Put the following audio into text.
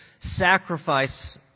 sacrifice